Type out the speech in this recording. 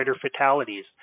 fatalities